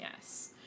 Yes